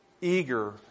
eager